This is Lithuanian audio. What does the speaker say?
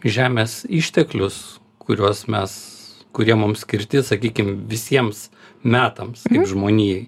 žemės išteklius kuriuos mes kurie mums skirti sakykim visiems metams žmonijai